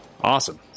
Awesome